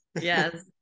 Yes